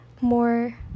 more